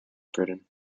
britain